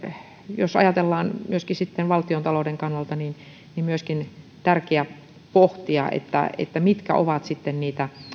jos ajatellaan myöskin sitten valtiontalouden kannalta mielestäni on tärkeä pohtia mitkä ovat niitä